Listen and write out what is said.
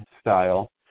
style